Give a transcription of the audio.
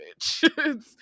bitch